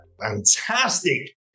fantastic